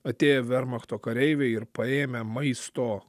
atėję vermachto kareiviai ir paėmę maisto